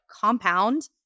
compound